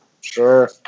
Sure